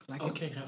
Okay